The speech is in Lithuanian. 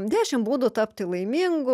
dešim būdų tapti laimingu